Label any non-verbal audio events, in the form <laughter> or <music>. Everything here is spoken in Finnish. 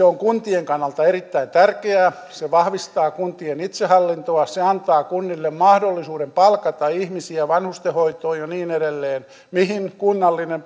<unintelligible> on kuntien kannalta erittäin tärkeää se vahvistaa kuntien itsehallintoa se antaa kunnille mahdollisuuden palkata ihmisiä vanhustenhoitoon ja niin edelleen mihin kunnallinen <unintelligible>